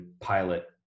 pilot